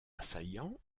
assaillants